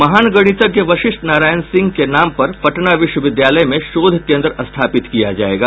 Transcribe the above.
महान गणितज्ञ वशिष्ठ नारायण सिंह के नाम पर पटना विश्वविद्यालय में शोध केंद्र स्थापित किया जायेगा